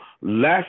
less